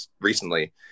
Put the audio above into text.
recently